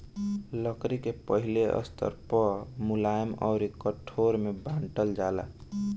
लकड़ी के पहिले स्तर पअ मुलायम अउर कठोर में बांटल जाला